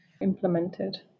implemented